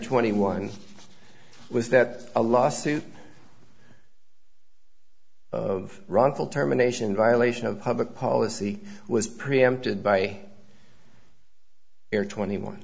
twenty one was that a lawsuit of wrongful termination violation of public policy was preempted by air twenty one